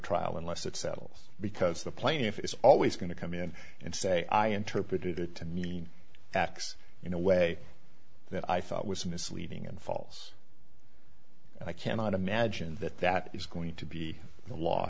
trial unless it settles because the plaintiff is always going to come in and say i interpreted it to mean x in a way that i thought was misleading and false i cannot imagine that that is going to be the law